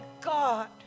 God